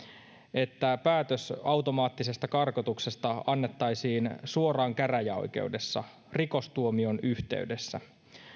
että päätös automaattisesta karkotuksesta annettaisiin suoraan käräjäoikeudessa rikostuomion yhteydessä